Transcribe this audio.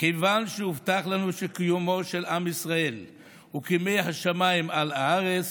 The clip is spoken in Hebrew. כיוון שהובטח לנו שקיומו של עם ישראל הוא כמי השמיים על הארץ,